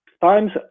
Times